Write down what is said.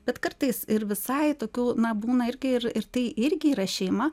bet kartais ir visai tokių na būna irgi ir ir tai irgi yra šeima